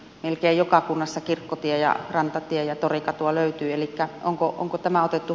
miltei joka kunnassa kirkkotie ja rantatie ja torikatua löytyy siitä onko onko tämä otettu